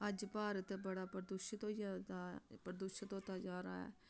अज्ज भारत बड़ा प्रदूशत होई जा दा प्रदूशत होता जा रहा ऐ